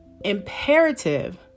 imperative